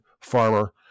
farmer